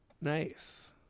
Nice